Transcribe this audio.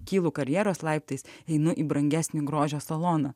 kylu karjeros laiptais einu į brangesnį grožio saloną